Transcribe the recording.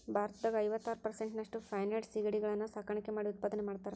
ಭಾರತದಾಗ ಐವತ್ತಾರ್ ಪೇರಿಸೆಂಟ್ನಷ್ಟ ಫೆನೈಡ್ ಸಿಗಡಿಗಳನ್ನ ಸಾಕಾಣಿಕೆ ಮಾಡಿ ಉತ್ಪಾದನೆ ಮಾಡ್ತಾರಾ